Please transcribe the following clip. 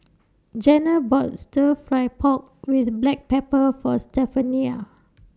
Janna bought Stir Fry Pork with Black Pepper For Stephania